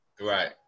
Right